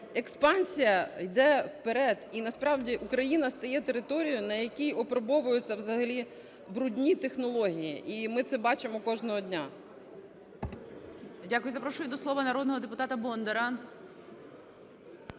експансія йде вперед, і насправді Україна стає територією, на якій опробовуються взагалі брудні технології. І ми це бачимо кожного дня.